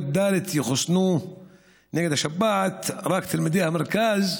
ד' יחוסנו נגד השפעת רק תלמידי המרכז,